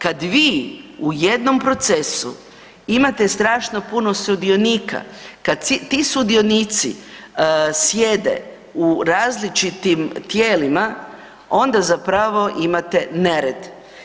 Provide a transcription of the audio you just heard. Kad vi u jednom procesu imate strašno pun sudionika, kad ti sudionici sjede u različitim tijelima, onda zapravo imate nered.